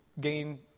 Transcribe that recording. gain